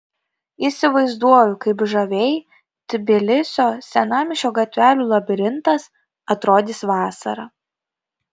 įsivaizduoju kaip žaviai tbilisio senamiesčio gatvelių labirintas atrodys vasarą